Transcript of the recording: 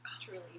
Truly